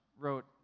wrote